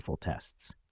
tests